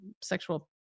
sexual